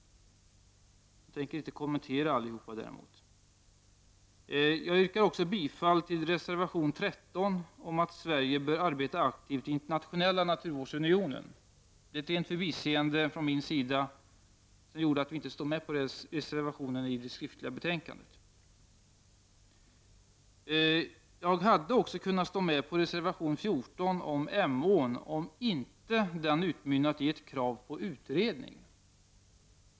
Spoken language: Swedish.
Jag skall däremot inte kommentera alla. Jag yrkar också bifall till reservation 13 om att Sverige bör arbeta aktivt i internationella naturvårdsunionen. Det var ett förbiseende från min sida som gjorde att miljöpartiet inte står med på den reservationen i betänkandet. Jag hade också kunnat vara med om reservation 14 om Emån, om den inte hade utmynnat i ett krav på utredning.